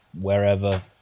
wherever